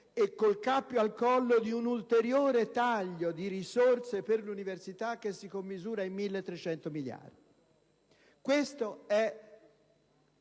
e con il cappio al collo di un ulteriore taglio di risorse per l'università che si commisura in 1.300 milioni. Questa è